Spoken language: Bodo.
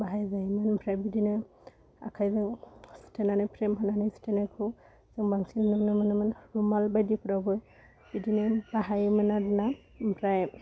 बाहायबायमोन आमफ्राय बिदिनो आखाइजों सुथेनानै फ्रेम होनानै सुथेनाइखौ जों बांसिन नुनो मोनोमोन रुमाल बायदिफ्रावबो बिदिनो बाहायोमोन आरो ना ओमफ्राय